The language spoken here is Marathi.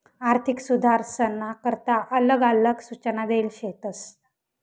आर्थिक सुधारसना करता आलग आलग सूचना देल शेतस